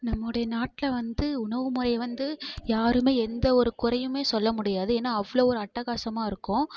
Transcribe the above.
நம்முடைய நாட்டில் வந்து உணவு முறை வந்து யாருமே எந்த ஒரு குறையுமே சொல்ல முடியாது ஏன்னா அவ்வளோ ஒரு அட்டகாசமாக இருக்கும்